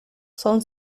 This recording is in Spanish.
son